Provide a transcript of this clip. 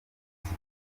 ati